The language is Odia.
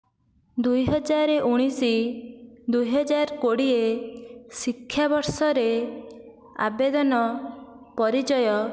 ଦୁଇ ହଜାର ଉଣେଇଶ ଦୁଇ ହଜାର କୋଡ଼ିଏ ଶିକ୍ଷାବର୍ଷରେ ଆବେଦନ ପରିଚୟ